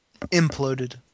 Imploded